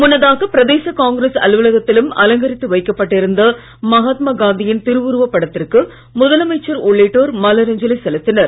முன்னதாக பிரதேச காங்கிரஸ் அலுவலகத்திலும் அலங்கரித்து வைக்கப்பட்டிருந்த மகாத்மாகாந்தியின் திருவுருவப் படத்திற்கு முதலமைச்சர் உள்ளிட்டோர் மலரஞ்சலி செலுத்தினர்